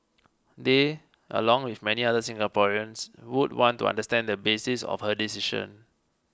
they along with many other Singaporeans would want to understand the basis of her decision